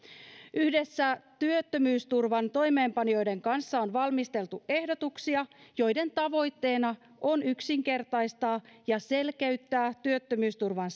yhdessä työttömyysturvan toimeenpanijoiden kanssa on valmisteltu ehdotuksia joiden tavoitteena on yksinkertaistaa ja selkeyttää työttömyysturvan